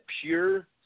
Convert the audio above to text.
pure